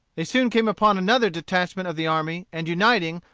they soon came upon another detachment of the army, and uniting,